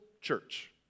church